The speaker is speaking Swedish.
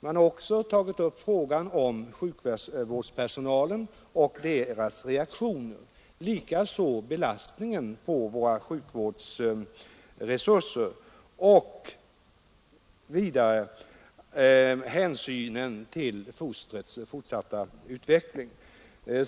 Man har också tagit upp frågan om sjukvårdspersonalen och dess reaktioner liksom belastningen på våra sjukvårdsresurser och hänsynen till fostrets fortsatta utveckling.